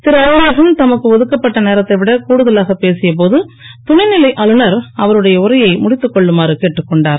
திரு அன்பழகன் தமக்கு ஒதுக்கப்பட்ட நேரத்தைவிட கூடுதலாக பேசிய போது துணை நிலை ஆளுநர் அவருடைய தமது உரையை முடித்துக் கொள்ளுமாறு கேட்டுக் கொண்டார்